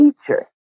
teacher